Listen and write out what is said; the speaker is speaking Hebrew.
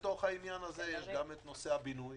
בתוך העניין הזה יש גם נושא הבינוי